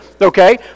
okay